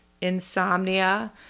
insomnia